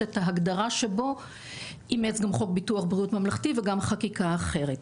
שאת ההגדרה שבו אימץ גם חוק ביטוח בריאות ממלכתי וגם חקיקה אחרת.